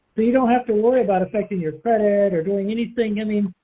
but you don't have to worry about affecting your credit or doing anything. i mean,